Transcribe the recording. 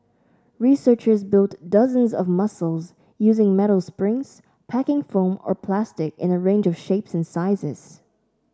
researchers built dozens of muscles using metal springs packing foam or plastic in a range of shapes and sizes